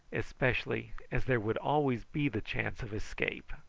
especially as there would always be the chance of escape.